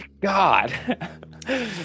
God